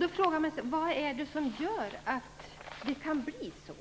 Då frågar man sig: Vad är det som gör att det kan bli så